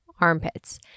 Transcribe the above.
armpits